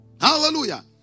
Hallelujah